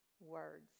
words